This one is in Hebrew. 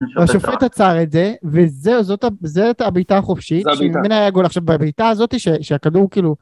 ‫השופט עצר את זה, ‫וזהו, זו הייתה הבעיטה החופשית. זו ‫הבעיטה. הנה היה עכשיו גול בבעיטה הזאתי שהכדור כאילו...